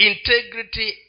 Integrity